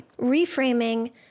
Reframing